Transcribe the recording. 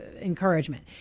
encouragement